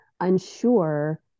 unsure